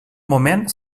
moment